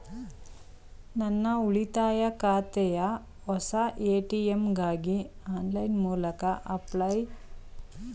ನನ್ನ ಉಳಿತಾಯ ಖಾತೆಯ ಹೊಸ ಎ.ಟಿ.ಎಂ ಗಾಗಿ ಆನ್ಲೈನ್ ಮೂಲಕ ಅಪ್ಲೈ ಮಾಡಬಹುದೇ?